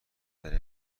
دریغ